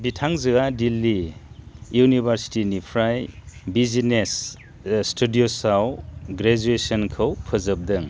बिथांजोआ दिल्ली युनिवर्सिटीनिफ्राय बिजनेस स्टडीजआव ग्रजुएसनखौ फोजोबदों